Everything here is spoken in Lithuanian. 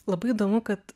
labai įdomu kad